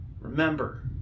remember